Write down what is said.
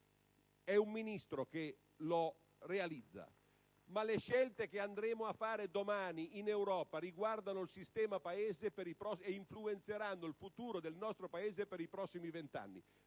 *(Applausi dal Gruppo PD).* Ma le scelte che andremo a fare domani in Europa riguardano il sistema-Paese e influenzeranno il futuro del nostro Paese per i prossimi vent'anni.